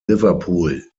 liverpool